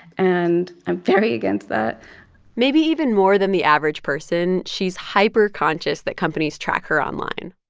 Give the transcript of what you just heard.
and i'm very against that maybe even more than the average person, she's hyper conscious that companies track her online.